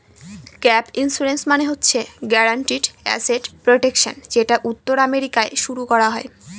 gap insurance মানে হচ্ছে guaranteed asset protection যেটা উত্তর আমেরিকায় শুরু করা হয়